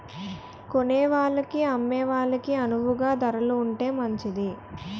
కొనేవాళ్ళకి అమ్మే వాళ్ళకి అణువుగా ధరలు ఉంటే మంచిది